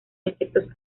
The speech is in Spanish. insectos